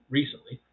recently